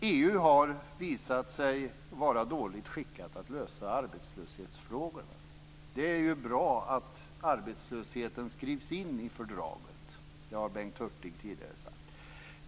EU har visat sig vara dåligt skickat att lösa arbetslöshetsproblemen. Det är ju bra att arbetslösheten skrivs in i fördraget. Det har Bengt Hurtig sagt tidigare.